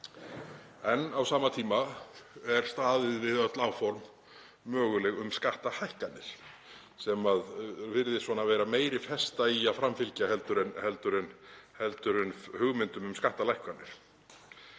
En á sama tíma er staðið við öll möguleg áform um skattahækkanir sem virðist vera meiri festa í að framfylgja heldur en hugmyndum um skattalækkanir.